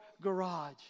garage